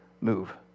move